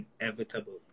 inevitable